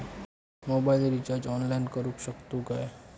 Mobile recharge online करुक शकतू काय?